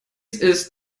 ist